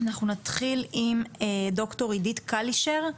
בבקשה, ד"ר עידית קלישר,